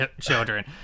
children